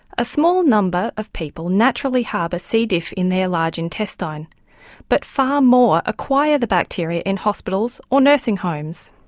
a small number of people naturally harbour c. diff in their large intestine but far more acquire the bacteria in hospitals or nursing homes.